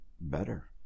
better